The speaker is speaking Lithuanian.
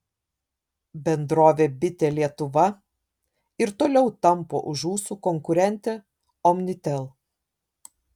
bendrovė bitė lietuva ir toliau tampo už ūsų konkurentę omnitel